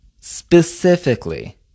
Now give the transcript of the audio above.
specifically